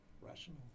rational